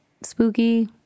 spooky